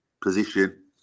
position